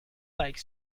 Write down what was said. like